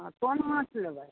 कोन माँछ लेबै